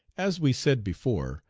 as we said before,